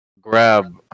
grab